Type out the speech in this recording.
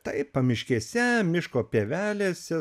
tai pamiškėse miško pievelėse